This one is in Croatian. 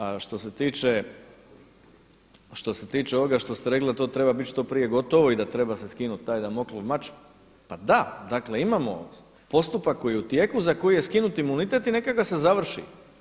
A što se tiče ovoga što ste rekli da to treba biti što prije gotovo i da treba se skinuti taj Damoklov mač, pa da, dakle imamo postupak koji je u tijeku za koji je skinut imunitet i neka ga se završi.